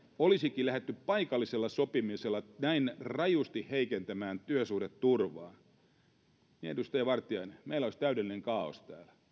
olisikin lähdetty paikallisella sopimisella näin rajusti heikentämään työsuhdeturvaa niin edustaja vartiainen meillä olisi täydellinen kaaos täällä